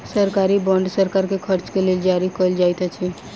सरकारी बांड सरकार के खर्च के लेल जारी कयल जाइत अछि